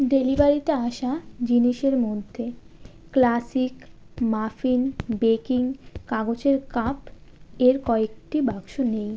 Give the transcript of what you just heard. ডেলিভারিতে আসা জিনিসের মধ্যে ক্লাসিক মাফিন বেকিং কাগজের কাপ এর কয়েকটি বাক্স নেই